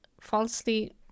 falsely